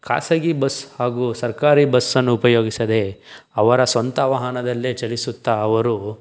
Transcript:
ಖಾಸಗಿ ಬಸ್ಸ್ ಹಾಗೂ ಸರ್ಕಾರಿ ಬಸ್ಸನ್ನು ಉಪಯೋಗಿಸದೆ ಅವರ ಸ್ವಂತ ವಾಹನದಲ್ಲೇ ಚಲಿಸುತ್ತ ಅವರು